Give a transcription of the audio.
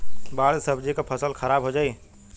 बाढ़ से सब्जी क फसल खराब हो जाई